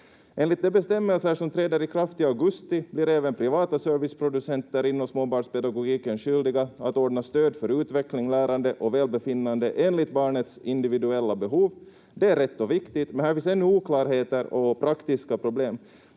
Enligt de bestämmelser som träder i kraft i augusti blir även privata serviceproducenter inom småbarnspedagogiken skyldiga att ordna stöd för utveckling, lärande och välbefinnande enligt barnets individuella behov. Det är rätt och viktigt, men här finns ännu oklarheter och praktiska problem.